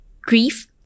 grief